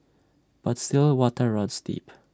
but still waters runs deep